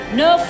no